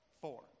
Four